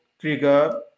trigger